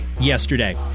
yesterday